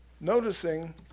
Noticing